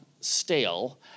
stale